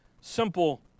Simple